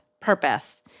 purpose